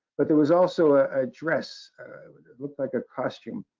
but there was also a address that looked like a costume